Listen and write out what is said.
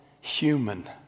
human